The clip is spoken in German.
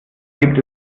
gibt